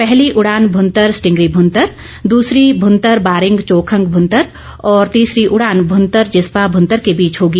पहली उड़ान भुंतर स्टींगरी मुंतर दूसरी भुंतर बारिंग चोखंग भुंतर और तीसरी उड़ान भुंतर जिस्पा भुंतर के बीच होगी